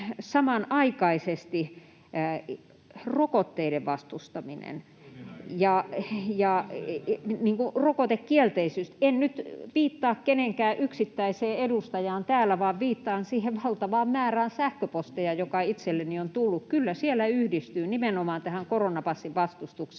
näin! — Toimi Kankaanniemi: Ei!] En nyt viittaa keneenkään yksittäiseen edustajaan täällä vaan viittaan siihen valtavaan määrään sähköposteja, joka itselleni on tullut. Kyllä siellä yhdistyy nimenomaan tähän koronapassin vastustukseen